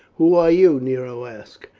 who are you? nero asked.